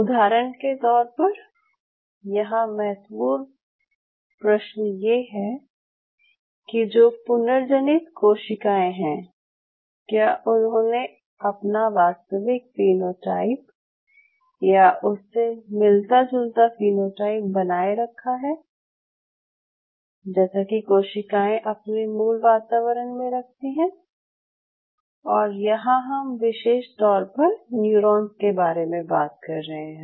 उदाहरण के तौर पर यहाँ महत्त्वपूर्ण प्रश्न ये है कि जो पुनर्जनित कोशिकाएं हैं क्या उन्होंने अपना वास्तविक फीनोटाइप या उससे मिलता जुलता फीनोटाइप बनाये रखा है जैसा कि कोशिकाएं अपने मूल वातावरण में रखती हैं और यहाँ हम विशेष तौर पर न्यूरॉन्स के बारे में बात कर रहे हैं